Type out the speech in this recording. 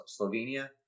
Slovenia